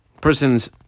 person's